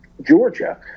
Georgia